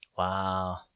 Wow